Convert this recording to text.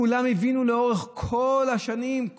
כולם הבינו לאורך כל השנים,